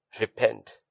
Repent